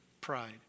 pride